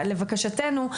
לבקשתנו,